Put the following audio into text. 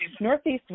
Northeast